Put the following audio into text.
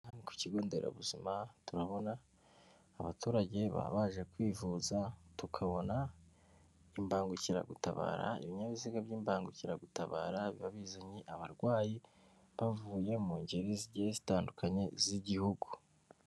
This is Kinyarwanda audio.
Hano ku kigo nderabuzima turabona abaturage baba baje kwivuza, tukabona imbangukiragutabara. Ibinyabiziga by'imbangukiragutabara biba bizanye abarwayi bavuye mu ngeri zitandukanye z'igihugu.